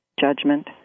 judgment